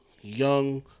Young